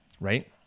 right